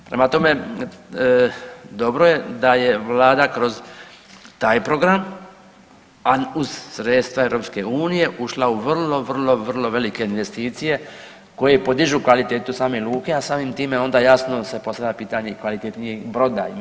Prema tome, dobro je da je vlada kroz taj program, a uz sredstva EU ušla u vrlo, vrlo velike investicije koje podižu kvalitetu same luke, a samim time onda jasno se postavlja pitanje i kvalitetnijeg broda.